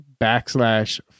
backslash